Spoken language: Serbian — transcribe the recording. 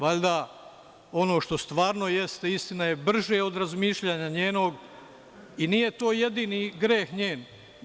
Valjda ono što stvarno jeste istina je brže od razmišljanja njenog i nije to jedini njen greh.